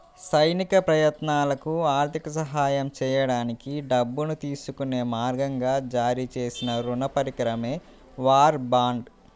సైనిక ప్రయత్నాలకు ఆర్థిక సహాయం చేయడానికి డబ్బును తీసుకునే మార్గంగా జారీ చేసిన రుణ పరికరమే వార్ బాండ్